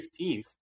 15th